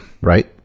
Right